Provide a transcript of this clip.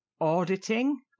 auditing